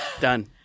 Done